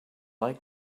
like